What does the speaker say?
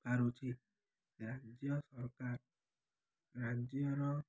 ପାରୁଛି ରାଜ୍ୟ ସରକାର ରାଜ୍ୟର